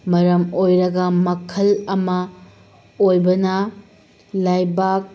ꯃꯔꯝ ꯑꯣꯏꯔꯒ ꯃꯈꯜ ꯑꯃ ꯑꯣꯏꯕꯅ ꯂꯩꯕꯥꯛ